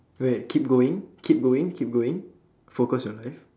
wait keep going keep going keep going focus your life